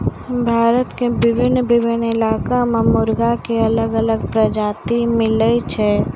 भारत के भिन्न भिन्न इलाका मॅ मुर्गा के अलग अलग प्रजाति मिलै छै